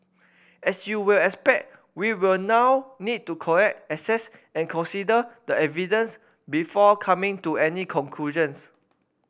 as you will expect we will now need to collect assess and consider the evidence before coming to any conclusions